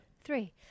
three